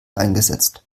eingesetzt